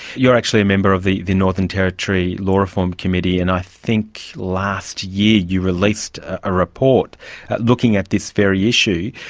you are actually a member of the the northern territory law reform committee, and i think last year you released a report looking at this very issue.